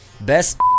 best